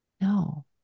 No